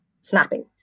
snapping